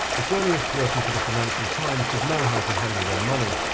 a journalist working for the financial times should know how to handle their money.